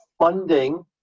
funding